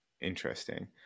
interesting